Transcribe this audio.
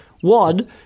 One